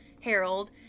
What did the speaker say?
harold